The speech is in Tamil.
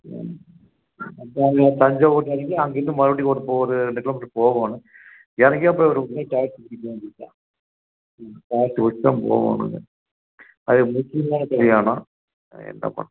ம் இப்போ அங்கே தஞ்சாவூரில் இறங்கி அங்கேருந்து மறுடியும் ஊருக்கு போகறது ரெண்டு கிலோமீட்ரு போகணும் இறங்கி டேக்ஸி பிடிக்க வேண்டியது தான் ம் டேக்ஸி வெச்சி தான் போகணுங்க அது முக்கியமான கல்யாணம் அது என்ன பண்ணுறது